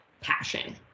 passion